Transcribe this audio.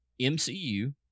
MCU